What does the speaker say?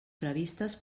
previstes